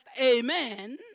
amen